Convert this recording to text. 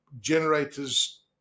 generators